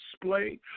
display